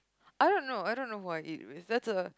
I don't know I don't know who I eat with that's a